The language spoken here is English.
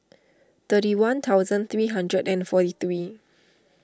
thirty one thousand three hundred and forty three